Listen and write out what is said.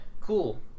Cool